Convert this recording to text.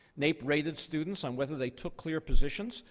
naep rated students on whether they took clear positions,